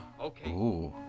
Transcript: Okay